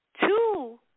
two